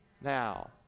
now